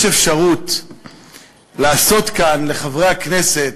יש אפשרות לעשות כאן לחברי הכנסת,